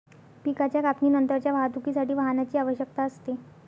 पिकाच्या कापणीनंतरच्या वाहतुकीसाठी वाहनाची आवश्यकता असते